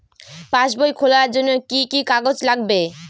পাসবই খোলার জন্য কি কি কাগজ লাগবে?